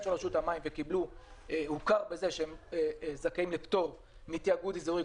של רשות המים והוכר שהם זכאים לפטור מתאגוד אזורי,